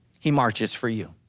he marches for you.